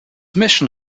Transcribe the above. mission